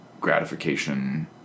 gratification